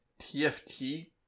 TFT